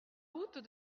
route